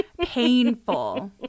painful